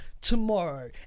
tomorrow